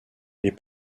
les